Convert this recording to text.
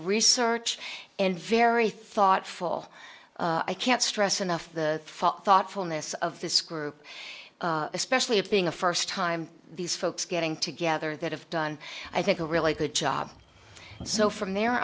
research and very thoughtful i can't stress enough the thoughtfulness of this group especially it being a first time these folks getting together that have done i think a really good job so from there